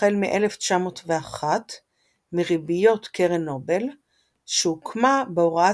החל מ-1901 מריביות קרן נובל שהוקמה בהוראת